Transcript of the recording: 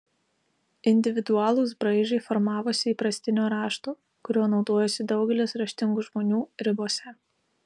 individualūs braižai formavosi įprastinio rašto kuriuo naudojosi daugelis raštingų žmonių ribose